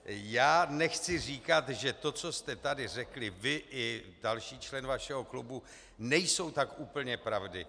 Já nechci říkat, že to, co jste tady řekli vy i další člen vašeho klubu, nejsou tak úplně pravdy.